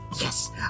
Yes